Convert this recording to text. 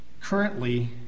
currently